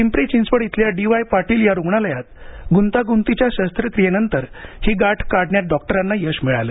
पिंपरी चिंचवड इथल्या doctor D Y Patil या रुग्णालयात गुंतागुंतीच्या शस्त्रक्रियेनंतर ही गाठ काढण्यात डॉक्टरांना यश मिळालं